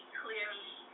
clearly